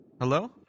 Hello